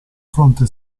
fronte